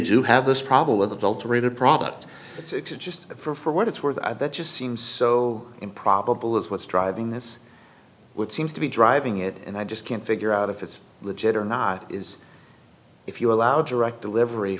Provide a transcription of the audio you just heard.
do have this problem with adulterated product it's just for what it's worth i that just seems so improbable is what's driving this would seems to be driving it and i just can't figure out if it's legit or not is if you allow direct delivery